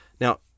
Now